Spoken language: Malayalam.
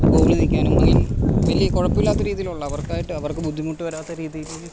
ഗോളിൽ നിൽക്കാനും ഒക്കെയും വലിയ കുഴപ്പമില്ലാത്ത രീതിയിലുള്ള അവർക്കായിട്ട് അവർക്ക് ബുദ്ധിമുട്ട് വരാത്ത രീതിയിൽ